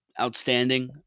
outstanding